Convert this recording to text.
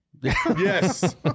Yes